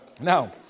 now